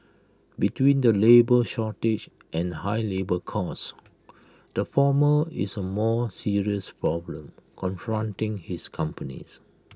between the labour shortage and high labour costs the former is A more serious problem confronting his companies